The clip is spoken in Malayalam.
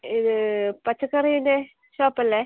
ഇത് പച്ചക്കറിൻ്റെ ഷോപ്പ് അല്ലേ